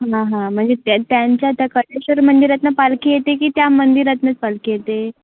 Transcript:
हां हां म्हणजे त्या त्यांच्या त्या कलेश्वर मंदिरातून पालखी येते की त्या मंदिरातूनच पालखी येते